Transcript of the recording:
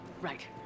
Right